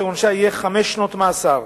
שעונשה יהיה חמש שנות מאסר.